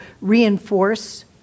reinforce